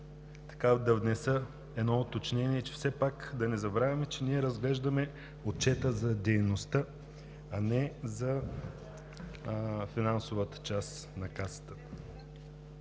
Искам да внеса едно уточнение – все пак да не забравяме, че ние разглеждаме отчета за дейността, а не за финансовата част на Касата.